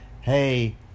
hey